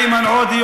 איימן עודה,